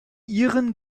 iren